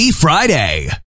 Friday